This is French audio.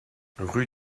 rue